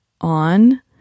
on